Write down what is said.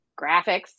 graphics